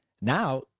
Now